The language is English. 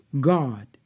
God